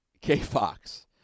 K-Fox